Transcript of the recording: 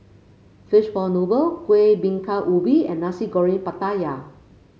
Fishball Noodle Kuih Bingka Ubi and Nasi Goreng Pattaya